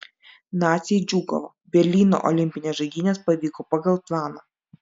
naciai džiūgavo berlyno olimpinės žaidynės pavyko pagal planą